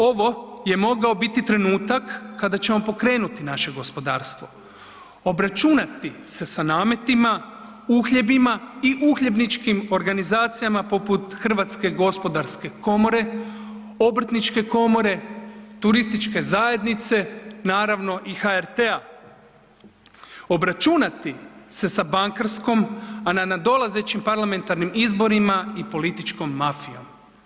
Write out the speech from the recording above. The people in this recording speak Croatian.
Ovo je mogao biti trenutak kada ćemo pokrenuti naše gospodarstvo, obračunati se sa nametima, uhljebima i uhljebničkim organizacijama poput Hrvatske gospodarske komore, Obrtničke komore, Turističke zajednice, naravno i HRT-a, obračunati se sa bankarskom, a na nadolazećim parlamentarnim izborima i političkom mafijom.